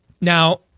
Now